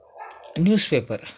news paper